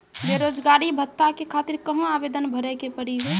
बेरोजगारी भत्ता के खातिर कहां आवेदन भरे के पड़ी हो?